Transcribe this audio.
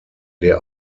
der